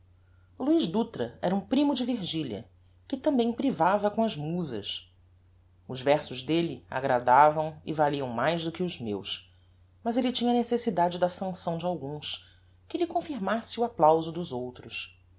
o luiz dutra era um primo de virgilia que tambem privava com as musas os versos delle agradavam e valiam mais do que os meus mas elle tinha necessidade da sancção de alguns que lhe confirmasse o applauso dos outros